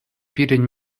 пирӗн